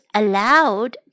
allowed